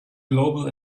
global